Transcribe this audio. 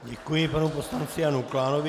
Děkuji panu poslanci Janu Klánovi.